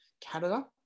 Canada